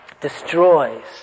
destroys